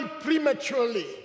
prematurely